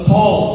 Paul